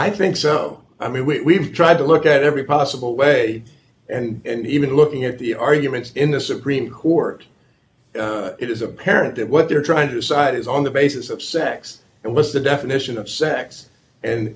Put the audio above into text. i think so i mean we tried to look at every possible way and even looking at the arguments in the supreme court it is apparent that what they're trying to decide is on the basis of sex and what's the definition of sex and